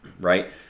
Right